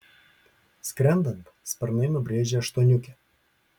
skrendant sparnai nubrėžią aštuoniukę